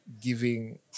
giving